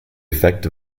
effect